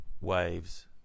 waves